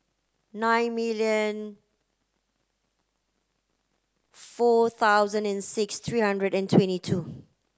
nine million four thousand and six three hundred and twenty two